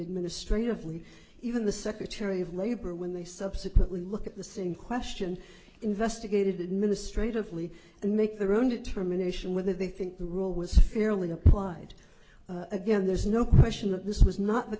administrative leave even the secretary of labor when they subsequently look at the same question investigated administratively and make their own determination whether they think the rule was fairly applied again there's no question that this was not